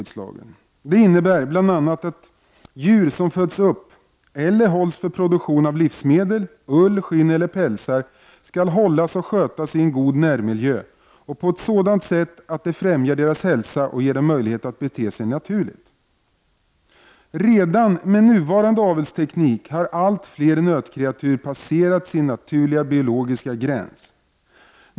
De innebär bl.a. att djur som föds upp eller hålls för produktion av livsmedel, ull, skinn eller pälsar skall hållas och skötas i en god närmiljö och på ett sådant sätt att det främjar deras hälsa och ger dem möjlighet att bete sig naturligt. Redan med nuvarande avelsteknik har allt fler nötkreatur passerat sin naturliga biologiska gräns.